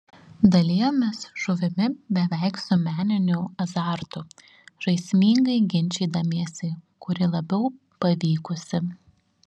dalijomės žuvimi beveik su meniniu azartu žaismingai ginčydamiesi kuri labiau pavykusi